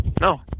No